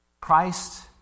Christ